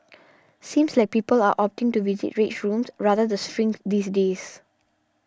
seems like people are opting to visit rage rooms rather the shrink these days